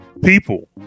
people